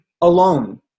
alone